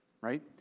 right